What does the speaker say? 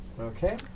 Okay